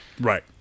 Right